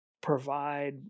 provide